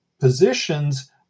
positions